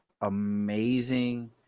amazing